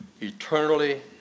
eternally